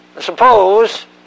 Suppose